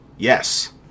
Yes